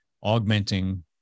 augmenting